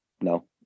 no